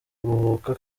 kuruhuka